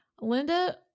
Linda